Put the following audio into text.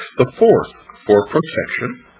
the fourth for protection,